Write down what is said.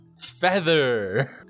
Feather